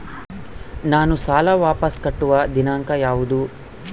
ನಾನು ಸಾಲ ವಾಪಸ್ ಕಟ್ಟುವ ದಿನಾಂಕ ಯಾವುದು?